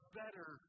better